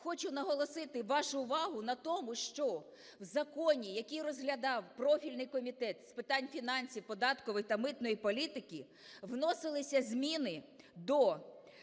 хочу наголосити вашу увагу на тому, що в закон, який розглядав профільний Комітет з питань фінансів, податкової та митної політики, вносилися зміни до